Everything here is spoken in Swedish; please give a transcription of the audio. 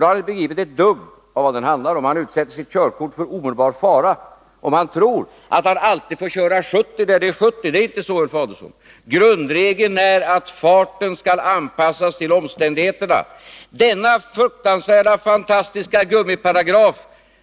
Han har inte begripit ett dugg av vad den handlar om, och han utsätter sitt körkort för omedelbar fara, om han tror att han alltid får köra med 70 km där det är skyltat med 70. Det är inte så, Ulf Adelsohn. Grundregeln är att farten skall anpassas till omständigheterna. Denna fruktansvärda och fantastiska gummiparagraf